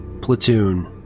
platoon